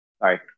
sorry